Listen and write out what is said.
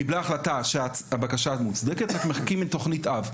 קיבלה החלטה שהבקשה מוצדקת רק מחכים לתוכנית אב.